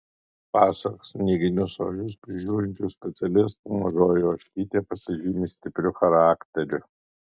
pasak snieginius ožius prižiūrinčių specialistų mažoji ožkytė pasižymi stipriu charakteriu